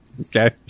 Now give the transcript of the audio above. Okay